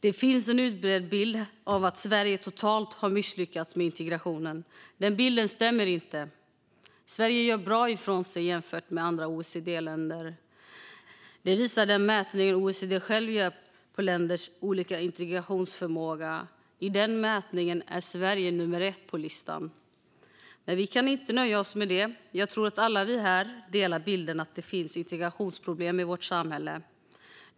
Det finns en utbredd bild av att Sverige totalt har misslyckats med integrationen. Den bilden stämmer inte. Sverige gör bra ifrån sig jämfört med andra OECD-länder. Det visar den mätning som OECD själv gör på länders olika integrationsförmåga. I den mätningen är Sverige nummer ett på listan. Men vi kan inte nöja oss med det. Jag tror att vi alla delar bilden av att det finns integrationsproblem i vårt samhälle.